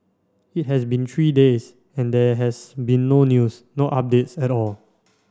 it has been three days and there has been no news no updates at all